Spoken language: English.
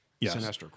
Yes